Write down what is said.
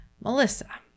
Melissa